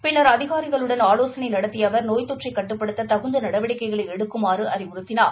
பின்ளர் அதிகாரிகளுடன் அஆலோசனை நடத்திய அவர் நோய் தொற்றை கட்டுப்படுத்த தகுந்த நடவடிக்கைகளை எடுக்குமாறு அறிவுறுத்தினார்